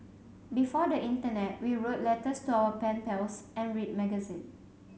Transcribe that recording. before the internet we wrote letters to our pen pals and read magazine